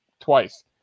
twice